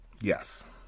Yes